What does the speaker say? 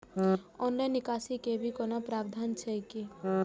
Online निकासी के भी कोनो प्रावधान छै की?